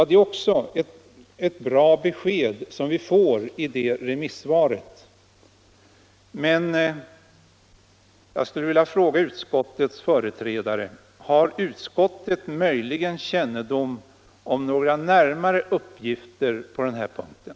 Det är också ett bra besked som vi får i det remissvaret, men jag skulle vilja fråga utskottets företrädare, om utskottet möjligen har några närmare uppgifter på den här punkten.